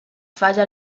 falla